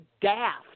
daft